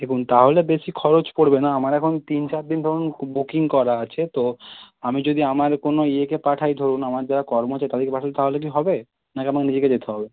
দেখুন তাহলে বেশি খরচ পড়বে না আমার এখন তিন চার দিন ধরুন বুকিং করা আছে তো আমি যদি আমার কোনো ইয়েকে পাঠাই ধরুন আমার যারা কর্মচারী তাদেরকে পাঠাই তাহলে কী হবে নাকি আমাকে নিজেকে যেতে হবে